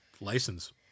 license